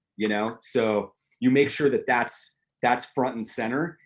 you know so you make sure that that's that's front and center,